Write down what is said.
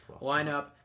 lineup